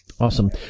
Awesome